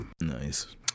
Nice